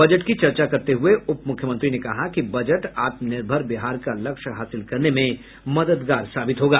budget की चर्चा करते हुए उप मुख्यमंत्री ने कहा कि बजट आत्मनिर्भर बिहार का लक्ष्य हासिल करने में मददगार साबित होगा